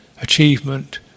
achievement